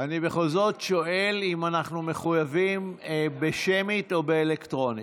שואל אם אנחנו מחויבים בשמית או באלקטרונית.